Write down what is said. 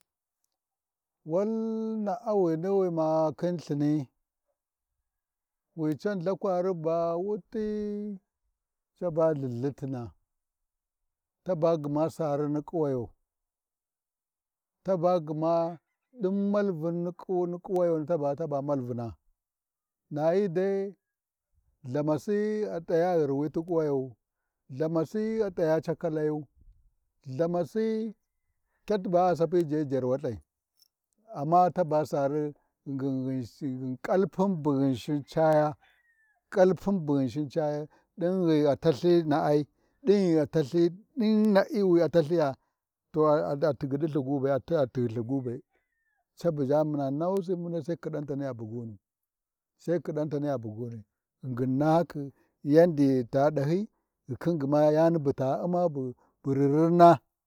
Wai na’awani wi ma khin Lthini wi can Lphakwari ba wuɗi caba LthiLthituna, taba gma Saari ni ƙuwayo, taba gma ɗin malvi ni kuwayo taba—taba Malvuna nayi dai Lthamasi a t’aya ghirai li ƙuwayowu, Lthana si a t’aya cakalayu, Lthamasi ket ba a Sapi jarwalthai, amma taba sarri ngin ghi kalpun bu Ghinshin caya, kalpun bu Ghinsin caya, ɗin ghi a talthi na'ai, ɗin ghi a talhi, ɗin na’i wi a talthiya, to a a-a rigyiɗilthi gube ati-a tighilthi gube, tabu ʒha muna nahyusi, sai ƙiɗan taniya buguni, sai kiɗan ta niya bugani, ghingin nahakhi yavita ɗahyi, ghi khin gma yani buta U’mma bu ririnna.